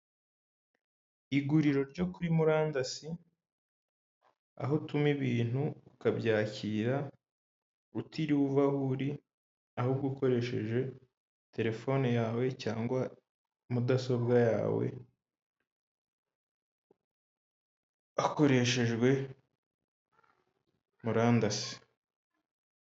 Iguriro ryo kuri murandasi aho utuma ibintu ukabyakira utiriwe uva aho uri ahubwo ukoresheje terefone yawe cyangwa mudasobwa yawe hakoreshejwe murandasi.